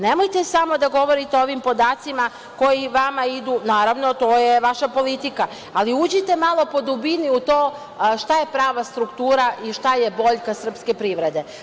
Nemojte samo da govorite o ovim podacima koji vama idu, naravno, to je vaša politika, ali uđite malo po dubini u to šta je prava struktura i šta je boljka srpske privrede.